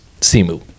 Simu